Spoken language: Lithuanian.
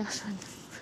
ne šunys